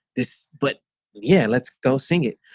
this. but yeah, let's go sing it.